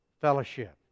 fellowship